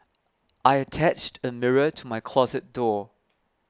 I attached a mirror to my closet door